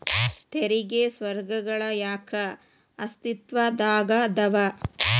ತೆರಿಗೆ ಸ್ವರ್ಗಗಳ ಯಾಕ ಅಸ್ತಿತ್ವದಾಗದವ